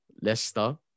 Leicester